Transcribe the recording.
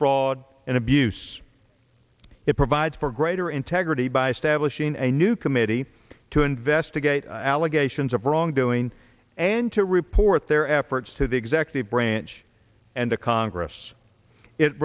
fraud and abuse it provides for greater integrity by stablish in a new committee to investigate allegations of wrongdoing and to report their efforts to the executive branch and to congress it